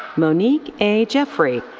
monique a. jeffrey.